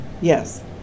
Yes